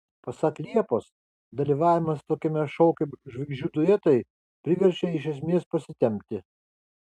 pasak liepos dalyvavimas tokiame šou kaip žvaigždžių duetai priverčia iš esmės pasitempti